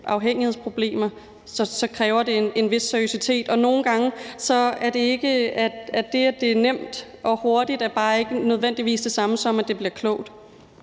afhængighedsproblemer, kræver det en vis seriøsitet, og nogle gange er det, at det er nemt og hurtigt, bare ikke nødvendigvis det samme, som at det bliver klogt.